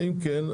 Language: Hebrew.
אם כן,